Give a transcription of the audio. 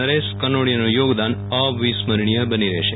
નરેશ કનોડિયાનુ યોગદાન અવિસ્મરણીય બની રહેશે